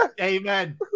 amen